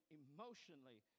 emotionally